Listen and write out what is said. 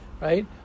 right